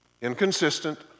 Inconsistent